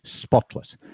spotless